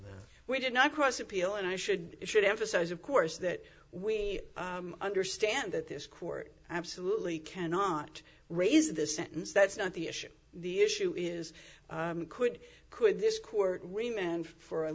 appeal we did not cross appeal and i should should emphasize of course that we understand that this court absolutely cannot raise the sentence that's not the issue the issue is could could this court women for